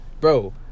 bro